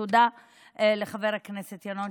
ותודה לחבר הכנסת ינון,